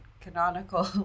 canonical